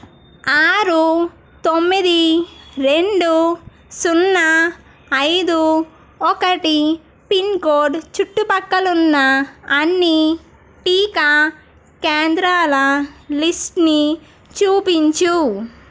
ఆరు తొమ్మిది రెండు సున్నా ఐదు ఒకటి పిన్కోడ్ చుట్టుపక్కలున్న అన్ని టీకా కేంద్రాల లిస్ట్ని చూపించు